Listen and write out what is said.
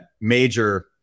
major